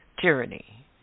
Tyranny